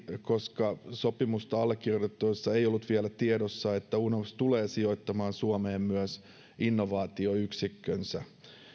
koska sopimusta allekirjoitettaessa ei ollut vielä tiedossa että unops tulee sijoittamaan suomeen myös innovaatioyksikkönsä